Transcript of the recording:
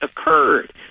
occurred